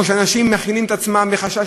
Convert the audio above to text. או שאנשים מכינים עצמם מחשש,